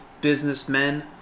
businessmen